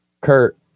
Kurt